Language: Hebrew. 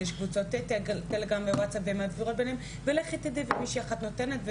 אז יש קבוצות טלגרם וואטסאפ ולכי תדעי אם מישהי נותנת.